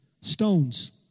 Stones